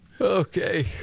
Okay